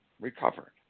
recovered